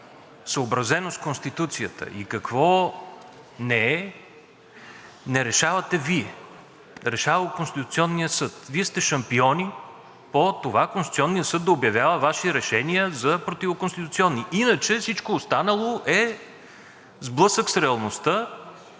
съобразено с Конституцията и какво не е, не решавате Вие – решава го Конституционният съд. Вие сте шампиони по това Конституционният съд да обявява Ваши решения за противоконституционни. Иначе всичко останало е сблъсък с реалността